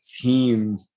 team